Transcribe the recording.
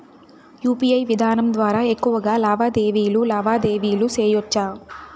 UPI విధానం ద్వారా ఎక్కువగా లావాదేవీలు లావాదేవీలు సేయొచ్చా?